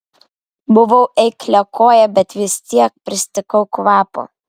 buvau eikliakojė bet vis tiek pristigau kvapo